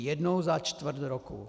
Jednou za čtvrt roku.